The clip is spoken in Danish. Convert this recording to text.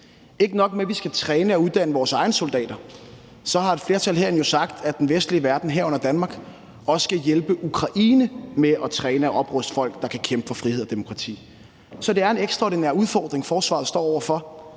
Ikke nok med, at vi skal træne og uddanne vores egne soldater, så har et flertal herinde jo sagt, at den vestlige verden, herunder Danmark, også skal hjælpe Ukraine med at træne og opruste folk, der kan kæmpe for frihed og demokrati. Så det er en ekstraordinær udfordring, forsvaret står over for,